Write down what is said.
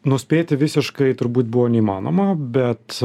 nuspėti visiškai turbūt buvo neįmanoma bet